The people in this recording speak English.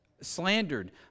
slandered